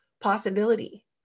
possibility